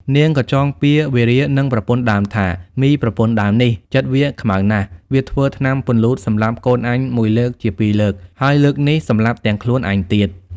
នាងក៏ចងពៀរវេរានឹងប្រពន្ធដើមថា "មីប្រពន្ធដើមនេះ ចិត្តវាខ្មៅណាស់ វាធ្វើថ្នាំពន្លូតសម្លាប់កូនអញមួយលើកជាពីរលើក ហើយលើកនេះ សម្លាប់ទាំងខ្លួនអញទៀត"។